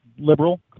Liberal